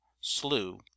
slew